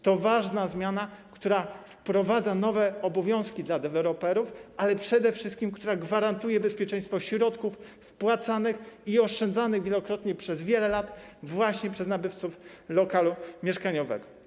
To ważna zmiana, która wprowadza nowe obowiązki dla deweloperów, ale przede wszystkim taka, która gwarantuje bezpieczeństwo środków wpłacanych i oszczędzanych wielokrotnie przez wiele lat właśnie przez nabywców lokalu mieszkaniowego.